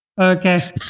okay